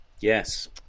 Yes